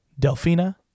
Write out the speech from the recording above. Delphina